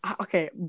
Okay